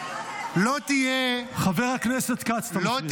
אז מי כן?